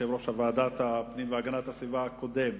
יושב-ראש ועדת הפנים והגנת הסביבה הקודם,